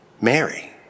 Mary